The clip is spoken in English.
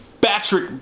Patrick